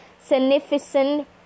significant